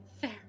fair